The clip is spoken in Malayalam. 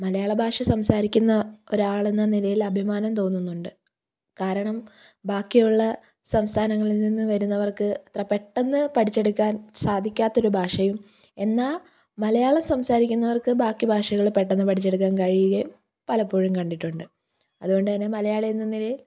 മലയാള ഭാഷ സംസാരിക്കുന്ന ഒരാളെന്ന നിലയിൽ അഭിമാനം തോന്നുന്നുണ്ട് കാരണം ബാക്കിയുള്ള സംസ്ഥാനങ്ങളിൽ നിന്ന് വരുന്നവർക്ക് അത്ര പെട്ടെന്ന് പഠിച്ചെടുക്കാൻ സാധിക്കാത്ത ഒരു ഭാഷയും എന്നാൽ മലയാളം സംസാരിക്കുന്നവർക്ക് ബാക്കി ഭാഷകൾ പെട്ടെന്ന് പഠിച്ചെടുക്കാൻ കഴിയുകയും പലപ്പോഴും കണ്ടിട്ടുണ്ട് അതുകൊണ്ടുതന്നെ മലയാളി എന്ന നിലയിൽ